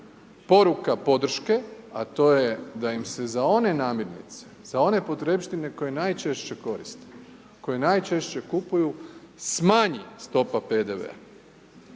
poruka podrške, a to je da im se za one namirnice, za one potrepštine koje najčešće koriste, koje najčešće kupuju smanji stopa PDV-a.